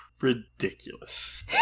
Ridiculous